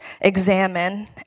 examine